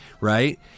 right